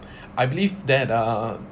I believe that uh